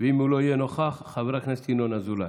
ואם הוא לא יהיה נוכח, חבר הכנסת ינון אזולאי.